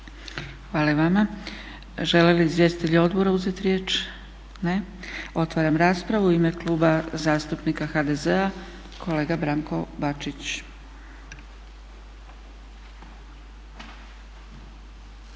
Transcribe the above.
Hvala i vama. Žele li izvjestitelji odbora uzeti riječ? Ne. Otvaram raspravu. U ime Kluba zastupnika HDZ-a kolega Branko Bačić.